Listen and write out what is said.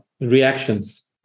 reactions